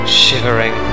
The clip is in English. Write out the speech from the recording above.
shivering